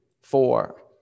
four